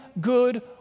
good